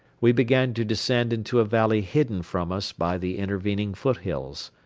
we began to descend into a valley hidden from us by the intervening foothills.